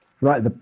right